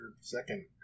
second